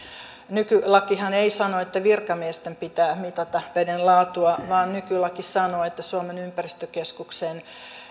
nykylakihan ei sano että virkamiesten pitää mitata veden laatua vaan nykylaki sanoo että suomen ympäristökeskuksen